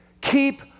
Keep